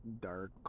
dark